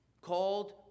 called